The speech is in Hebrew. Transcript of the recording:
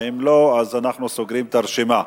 ואם לא, אנחנו סוגרים את הרשימה.